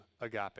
agape